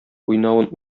уйнавын